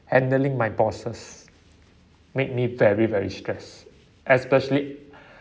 handling my bosses made me very very stress especially